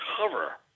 cover